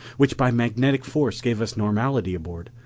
which by magnetic force gave us normality aboard,